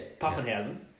Pappenhausen